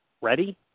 ready